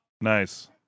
Nice